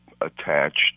attached